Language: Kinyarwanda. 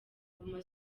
guma